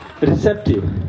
receptive